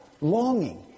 longing